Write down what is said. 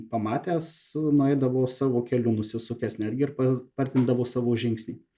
pamatęs nueidavo savo keliu nusisukęs netgi ir paspartindavo savo žingsnį